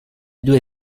due